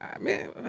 Man